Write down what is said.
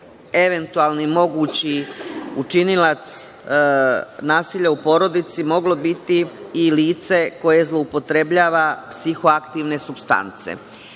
eventualni mogući učinilac nasilja u porodici moglo biti i lice koje zloupotrebljava psihoaktivne supstance. Mi